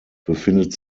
befindet